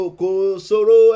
kosoro